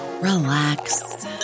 Relax